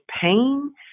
pain